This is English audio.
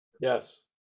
Yes